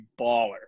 baller